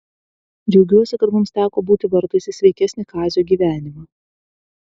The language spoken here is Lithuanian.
džiaugiuosi kad mums teko būti vartais į sveikesnį kazio gyvenimą